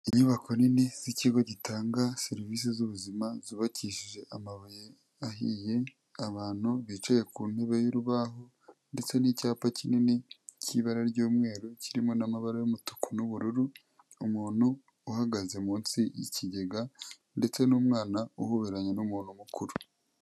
Inyubako nini z'ikigo gitanga serivisi z'ubuzima zubakishije amabuye ahiye, abantu bicaye ku ntebe y'urubaho ndetse n'icyapa kinini cy'ibara ry'umweru kirimo n'amabara y'umutuku n'ubururu, umuntu uhagaze munsi y'ikigega ndetse n'umwana uhoberanye n'umuntu mukuru.